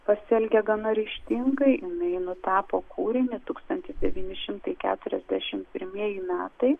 pasielgė gana ryžtingai jinai nutapo kūrinį tūkstantis devyni šimtai keturiasdešimt pirmieji metai